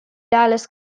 dallas